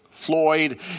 Floyd